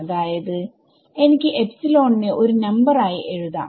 അതായത് എനിക്ക് നെ ഒരു നമ്പർ ആയി എഴുതാം